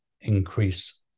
increase